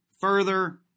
further